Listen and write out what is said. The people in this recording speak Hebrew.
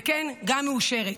וכן, גם מאושרת.